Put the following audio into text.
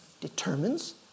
determines